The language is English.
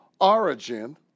origin